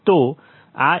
તો આ m file છે